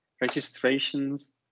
registrations